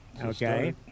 Okay